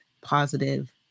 positive